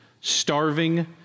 starving